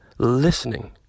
Listening